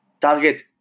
Target